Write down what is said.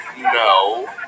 No